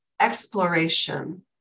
exploration